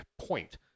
point